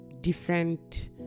different